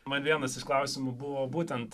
man vienas iš klausimų buvo būtent